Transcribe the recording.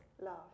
love